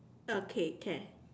okay can